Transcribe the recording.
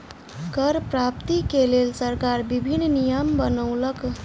कर प्राप्ति के लेल सरकार विभिन्न नियम बनौलक